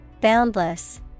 Boundless